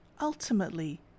Ultimately